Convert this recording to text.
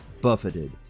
buffeted